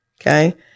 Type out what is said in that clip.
Okay